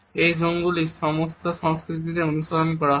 এই জোন গুলি সমস্ত সংস্কৃতিতেই অনুশীলন করা হয়